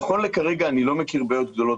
נכון להרגע אני לא מכיר בעיות גדולות